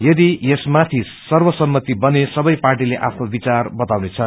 यदि यसमाथि सर्वसम्पति बने सबै पार्टीले आफ्नो विचार बतानेछ